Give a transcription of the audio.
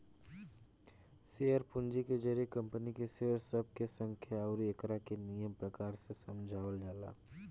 share पूंजी के जरिए कंपनी के शेयर सब के संख्या अउरी एकरा के निमन प्रकार से समझावल जाला